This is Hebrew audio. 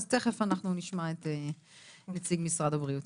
אז תכף אנחנו נשמע את נציג משרד הבריאות.